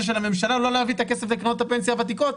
של הממשלה לא להביא את הכסף לקרנות הפנסיה הוותיקות,